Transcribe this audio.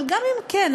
אבל גם אם כן,